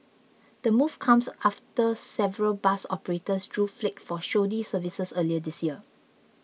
the move comes after several bus operators drew flak for shoddy services earlier this year